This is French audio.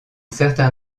certain